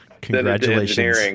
Congratulations